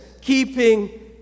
keeping